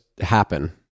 happen